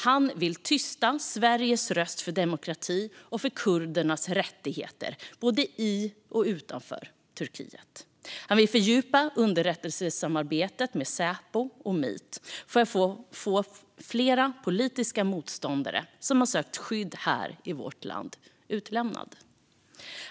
Han vill tysta Sveriges röst för demokrati och för kurdernas rättigheter både i och utanför Turkiet. Han vill fördjupa underrättelsesamarbetet mellan Säpo och MIT för att få fler politiska motståndare som har sökt skydd här i vårt land utlämnade.